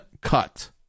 cut